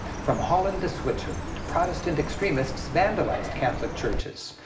from holland to switzerland, protestant extremists vandalized catholic churches.